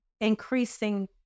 increasing